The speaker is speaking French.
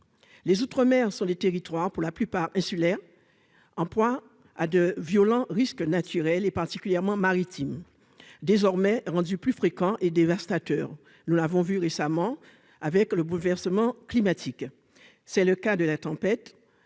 les outre-mer sur les territoires, pour la plupart insulaire en proie à de violents risques naturels et particulièrement maritime désormais rendus plus fréquents et dévastateur, nous l'avons vu récemment avec le bouleversement climatique, c'est le cas de la tempête